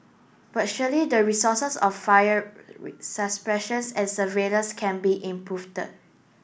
but surely the resources of fire and surveillance can be improve